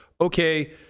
okay